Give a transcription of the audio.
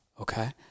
okay